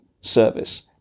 service